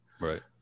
right